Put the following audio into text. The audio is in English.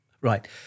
Right